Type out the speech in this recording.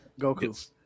Goku